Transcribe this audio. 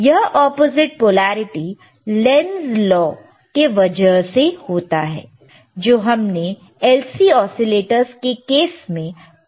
यह opposite polarity Lenz law के वजह से होता है जो हमने LC ओसीलेटरस के केस में पहले देखा है